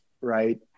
right